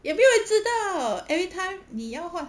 也没有人知道 anytime 你要换